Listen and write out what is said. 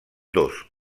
dos